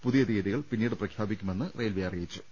പുതിയ തീയതികൾ പിന്നീട് പ്രഖ്യാപിക്കുമെന്ന് റെയിൽവേ അറിയിച്ചു